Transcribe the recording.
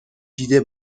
دیده